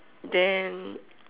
then